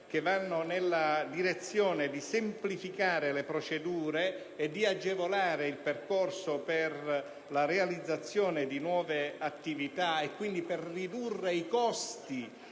che mirano a semplificare le procedure e ad agevolare il percorso per la realizzazione di nuove attività, quindi a ridurre i costi